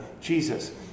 Jesus